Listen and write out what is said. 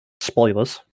spoilers